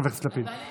חבר הכנסת לפיד.